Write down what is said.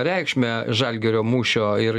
reikšmę žalgirio mūšio ir